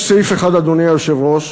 יש סעיף אחד, אדוני היושב-ראש,